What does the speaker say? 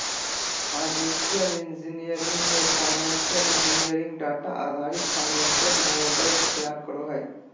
financial engineering मे financial engineer data आधारित financial models तैयार करो हय